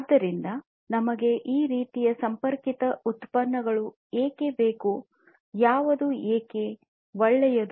ಆದ್ದರಿಂದ ನಮಗೆ ಈ ರೀತಿಯ ಸಂಪರ್ಕಿತ ಉತ್ಪನ್ನಗಳು ಏಕೆ ಬೇಕು ಯಾವುದು ಏಕೆ ಒಳ್ಳೆಯದು